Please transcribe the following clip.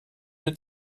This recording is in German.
mit